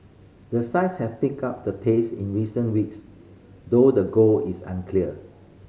the sides have picked up the pace in recent weeks though the goal is unclear